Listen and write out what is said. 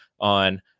on